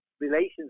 relations